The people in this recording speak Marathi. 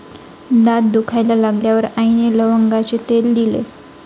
दात दुखायला लागल्यावर आईने लवंगाचे तेल दिले